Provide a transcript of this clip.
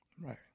Right